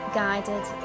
guided